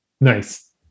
Nice